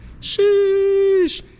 Sheesh